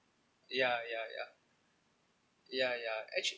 ya ya ya ya ya actu~